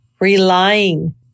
relying